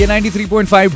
93.5